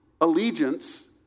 allegiance